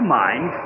mind